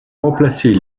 remplacer